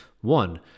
One